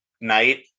night